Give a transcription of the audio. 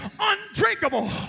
undrinkable